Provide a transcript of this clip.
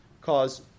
cause